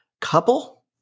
couple